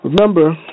remember